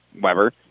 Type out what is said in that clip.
Weber